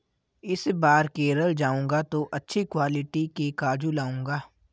इस बार केरल जाऊंगा तो अच्छी क्वालिटी के काजू लाऊंगा